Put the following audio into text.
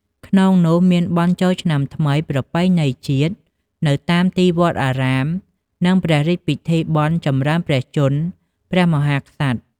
ក្នុងនោះមានបុណ្យចូលឆ្នាំថ្មីប្រពៃណីជាតិ នៅតាមទីវត្តអារាម និងព្រះរាជពិធីបុណ្យចម្រើនព្រះជន្មព្រះមហាក្សត្រ ។